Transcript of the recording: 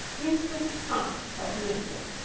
use this prompt to help you answer.